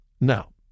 Now